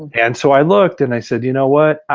and so i looked and i said you know what,